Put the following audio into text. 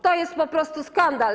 To jest po prostu skandal.